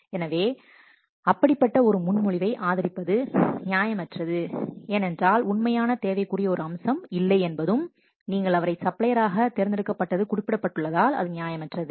எனவே அதனால்தான்அப்படிப்பட்ட ஒரு முன்மொழிவை ஆதரிப்பது நியாயமற்றது ஏனென்றால் உண்மையான தேவைக்குரிய ஒரு அம்சம் இல்லை என்பதும் நீங்கள் அவரைத் சப்ளையராக தேர்ந்தெடுக்கப்பட்டது குறிப்பிட்டுள்ளதால் அது நியாயமற்றது